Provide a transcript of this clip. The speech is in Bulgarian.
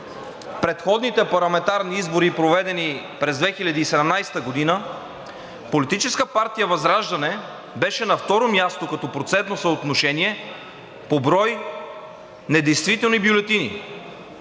предходните парламентарни избори, проведени през 2017 г., Политическа партия ВЪЗРАЖДАНЕ беше на второ място като процентно съотношение по брой недействителни бюлетини.